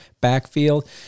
backfield